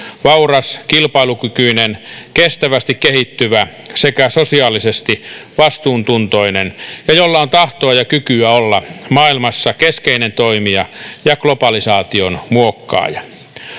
vauras kilpailukykyinen kestävästi kehittyvä sekä sosiaalisesti vastuuntuntoinen ja jolla on tahtoa ja kykyä olla maailmassa keskeinen toimija ja globalisaation muokkaaja